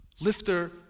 lifter